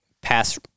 Pass